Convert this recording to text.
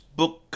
book